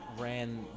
ran